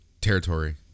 territory